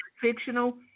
fictional